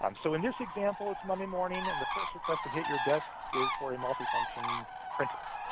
um so in this example, it's monday morning, and the first request to hit your desk is for a multi-function printer.